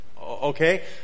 Okay